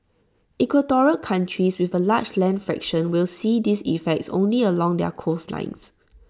equatorial countries with A large land fraction will see these effects only along their coastlines